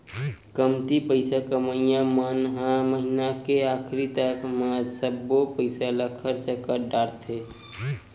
कमती पइसा कमइया मन ह महिना के आखरी तक म सब्बो पइसा ल खरचा कर डारथे